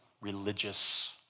religious